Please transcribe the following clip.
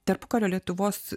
tarpukario lietuvos